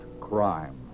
crime